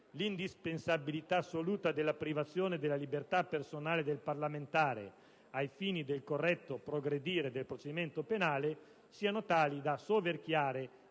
l'indispensabilità assoluta della privazione della libertà personale del parlamentare ai fini del corretto progredire del procedimento penale, sono tali da soverchiare